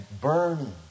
burning